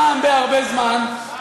פעם בהרבה זמן,